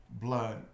blood